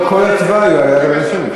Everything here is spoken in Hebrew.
לא כל התוואי הוא ליד אנשים.